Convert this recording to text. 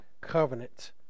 covenant